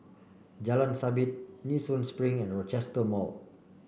Jalan Sabit Nee Soon Spring and Rochester Mall